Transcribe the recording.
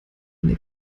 eine